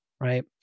right